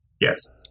Yes